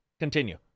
Continue